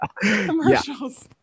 commercials